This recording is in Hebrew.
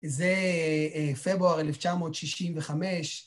זה פברואר 1965.